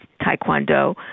taekwondo